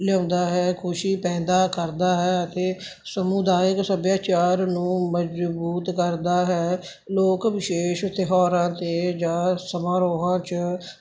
ਲਿਆਉਂਦਾ ਹੈ ਖੁਸ਼ੀ ਪੈਦਾ ਕਰਦਾ ਹੈ ਅਤੇ ਸਮੁਦਾਇਕ ਸੱਭਿਆਚਾਰ ਨੂੰ ਮਜ਼ਬੂਤ ਕਰਦਾ ਹੈ ਲੋਕ ਵਿਸ਼ੇਸ਼ ਤਿਉਹਾਰਾਂ 'ਤੇ ਜਾਂ ਸਮਾਰੋਹਾਂ 'ਚ